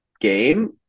game